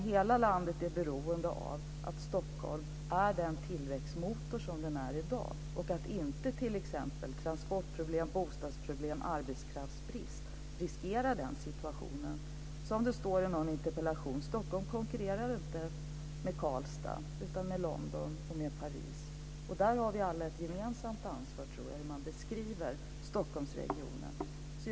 Hela landet är beroende av att Stockholm är den tillväxtmotor som den är i dag, och att inte t.ex. transportproblem, bostadsproblem och arbetskraftsbrist riskerar den situationen. Som det står i någon interpellation: Stockholm konkurrerar inte med Karlstad, utan med London och Paris. Vi har alla ett gemensamt ansvar för hur man beskriver Stockholmsregionen.